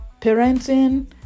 parenting